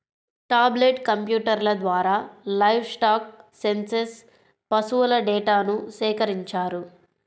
tablet కంప్యూటర్ల ద్వారా livestock census పశువుల డేటాను సేకరించారు